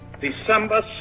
December